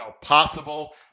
possible